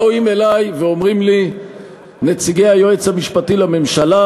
באים אלי ואומרים לי נציגי היועץ המשפטי לממשלה: